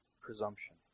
presumption